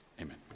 Amen